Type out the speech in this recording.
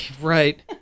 Right